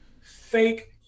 fake